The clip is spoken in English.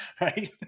right